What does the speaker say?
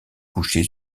couché